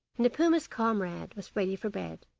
and the puma's comrade was ready for bed,